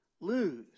lose